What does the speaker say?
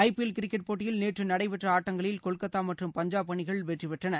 ஐ P L cricket போட்டியில் நேற்று நடைபெற்ற ஆட்டங்களில் கொல்கத்தா மற்றும் பஞ்சாப் அணிகள் வெற்றி பெற்றன